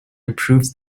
improves